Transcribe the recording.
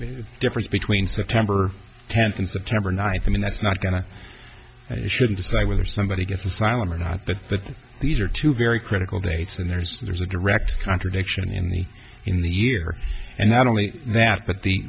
the difference between september tenth and september ninth i mean that's not going to and it shouldn't just like when somebody gets asylum or not but but these are two very critical dates and there's there's a direct contradiction in the in the year and not only that but the